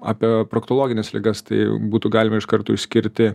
apie proktologines ligas tai būtų galima iš karto išskirti